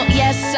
yes